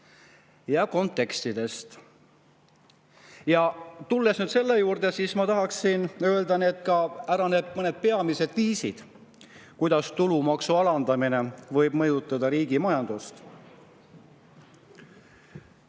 ja kontekstidest. Tulles nüüd selle juurde, ma tahaksin öelda ära ka mõned peamised viisid, kuidas tulumaksu alandamine võib mõjutada riigi majandust.